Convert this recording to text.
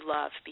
Love